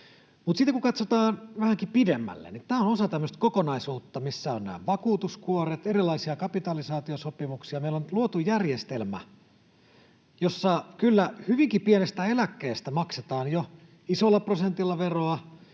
Mutta sitten kun katsotaan vähänkin pidemmälle, niin tämä on osa tämmöistä kokonaisuutta, missä on vakuutuskuoret, erilaisia kapitalisaatiosopimuksia. Meillä on luotu järjestelmä, jossa kyllä hyvinkin pienestä eläkkeestä maksetaan jo isolla prosentilla veroa,